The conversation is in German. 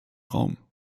raum